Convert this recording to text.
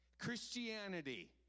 Christianity